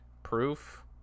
proof